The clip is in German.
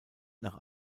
nach